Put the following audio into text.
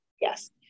Yes